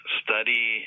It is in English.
study